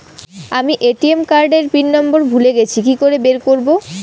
আমি ATM card এর pin number ভুলে গেছি কি করে বের করব?